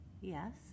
yes